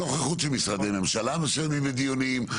נוכחות של משרדי ממשלה מסוימים בדיונים,